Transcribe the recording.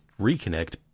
reconnect